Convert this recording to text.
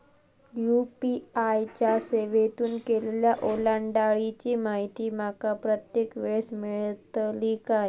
UPI च्या सेवेतून केलेल्या ओलांडाळीची माहिती माका प्रत्येक वेळेस मेलतळी काय?